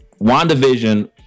WandaVision